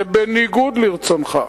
זה בניגוד לרצונך,